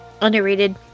underrated